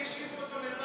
תראה איך השאירו אותו לבד.